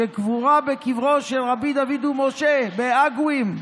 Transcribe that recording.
שקבורה בקברו של רבי דוד ומשה באגואים.